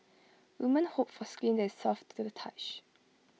women hope for skin that is soft to the touch